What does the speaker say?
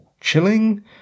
chilling